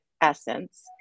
essence